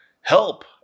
Help